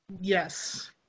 Yes